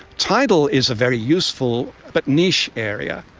tidal is a very useful but niche area.